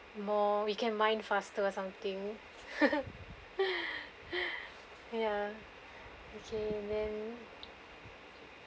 more we can mine faster or something ya okay and then